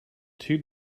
two